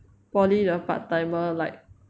poly the part timer like